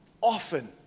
often